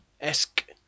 esque